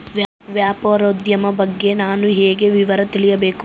ವ್ಯಾಪಾರೋದ್ಯಮ ಬಗ್ಗೆ ನಾನು ಹೇಗೆ ವಿವರ ತಿಳಿಯಬೇಕು?